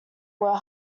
were